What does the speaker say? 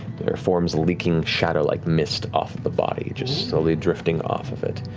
their forms leaking shadow like mist off the body, just slowly drifting off of it.